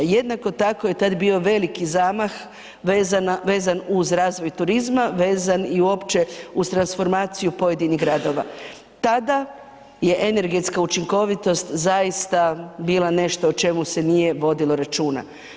Jednako tako je tad bio veliki zamah vezana, vezan uz razvoj turizma, vezan i uopće uz transformaciju pojedinih gradova, tada je energetska učinkovitost zaista bila nešto o čemu se nije vodilo računa.